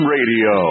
Radio